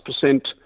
percent